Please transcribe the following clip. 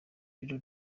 video